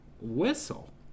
whistle